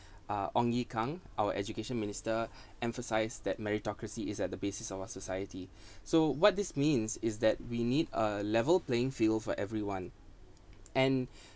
uh ong-ye-kung our education minister emphasised that meritocracy is at the basis of our society so what this means is that we need a level playing field for everyone and